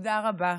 תודה רבה.